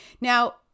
Now